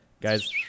Guys